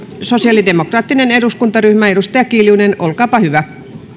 sosiaalidemokraattinen eduskuntaryhmä edustaja kiljunen olkaa hyvä